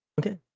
okay